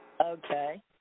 Okay